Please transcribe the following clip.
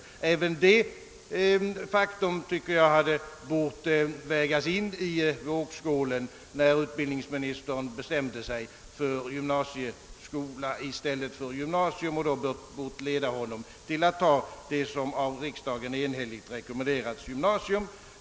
Även detta faktum tycker jag hade bort vägas in i vågskålen, när utbildningsministern skulle bestämma sig för gymnasieskola eller gymnasium, och hade bort leda honom till att ta det som av riksdagen enhälligt rekommenderats, nämligen gymnasium.